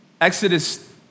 exodus